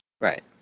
Right